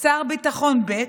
שר ביטחון ב'